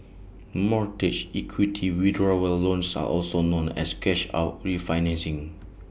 mortgage equity withdrawal loans are also known as cash out refinancing